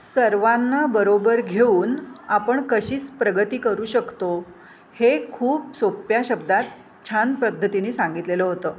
सर्वांना बरोबर घेऊन आपण कशी प्रगती करू शकतो हे खूप सोप्प्या शब्दात छान पद्धतीने सांगितलेलं होतं